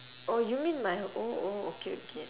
oh you mean my oh oh okay okay